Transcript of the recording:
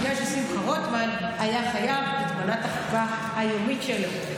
בגלל ששמחה רוטמן היה חייב את מנת החוקה היומית שלו.